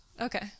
Okay